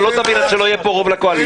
לא תבין עד שלא יהיה פה רוב לקואליציה.